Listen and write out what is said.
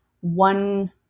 one